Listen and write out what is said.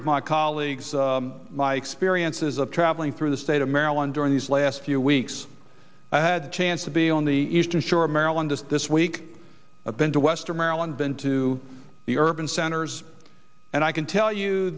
of my colleagues my experiences of traveling through the state of maryland during these last few weeks i had chance to be on the eastern shore of maryland just this week i've been to western maryland been to the urban centers and i can tell you